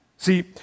See